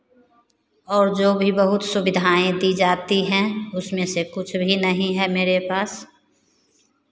और जो भी बहुत सुविधाएँ दी जाती हैं उसमें से कुछ भी नहीं है मेरे पास